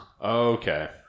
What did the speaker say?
Okay